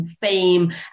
fame